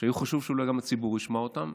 היה חשוב שאולי גם הציבור ישמע אותן,